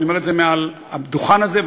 ואני אומר את זה מעל הדוכן הזה,